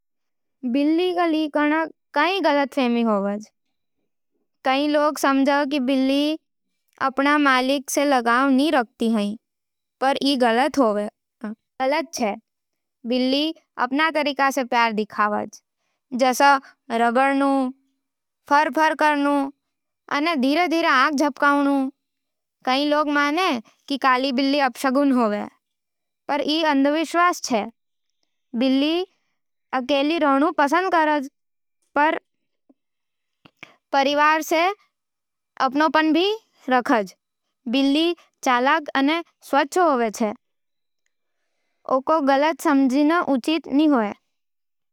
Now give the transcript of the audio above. बिल्ली को लई कई गलतफहमी होवे। कई लोग समझे की बिल्ली अपणे मालिक से लगाव न रखे, पर ई गलत होवे। बिल्ली अपन तरीका से प्यार देखावज जइसे रगड़ना, पर्र-पर्र करना अने धीरे-धीरे आँख झपकाना। कई लोग माने की काली बिल्ली अपशगुन होवे, पर ई अंधविश्वास चे | बिल्ली अकेली रवणु को पसंद कर रहे। ओ परिवार से अपनों पन भी रखज| बिल्ली चालक व स्वच्छ होवे। ओक गलत समझनू सही नहीं होवे।